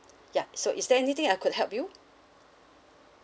ya so is there anything I could help you